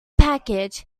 package